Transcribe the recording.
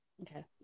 okay